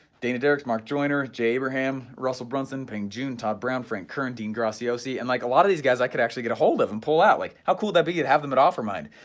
dana dirks, mark joiner, jay abraham, russell brunson, peng joon, todd brown, frank curran, dean graziosi and like a lot of these guys i could actually get a hold of and pull out, like how cool that be to have them at offermind,